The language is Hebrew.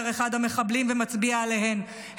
אומר אחד המחבלים ומצביע עליהן,